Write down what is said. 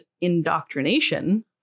indoctrination